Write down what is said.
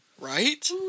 Right